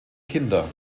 kinder